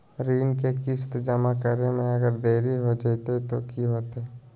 ऋण के किस्त जमा करे में अगर देरी हो जैतै तो कि होतैय?